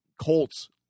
Colts